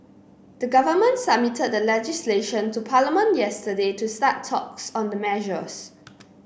the government submitted the legislation to Parliament yesterday to start talks on the measures